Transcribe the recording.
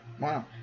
Wow